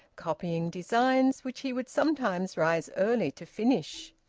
copying designs, which he would sometimes rise early to finish.